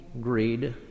greed